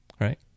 right